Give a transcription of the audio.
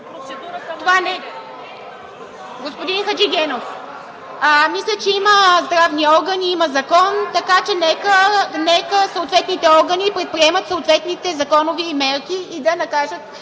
с маски. Господин Хаджигенов, мисля, че има здравни органи, има Закон, така че нека съответните органи предприемат съответните законови мерки и да наложат